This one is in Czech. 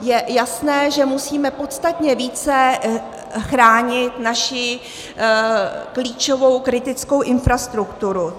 Je jasné, že musíme podstatně více chránit naši klíčovou kritickou infrastrukturu.